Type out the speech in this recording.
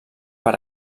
per